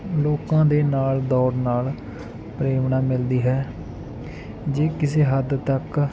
ਲੋਕਾਂ ਦੇ ਨਾਲ ਦੌੜਨ ਨਾਲ ਪ੍ਰੇਰਨਾ ਮਿਲਦੀ ਹੈ ਜੋ ਕਿਸੇ ਹੱਦ ਤੱਕ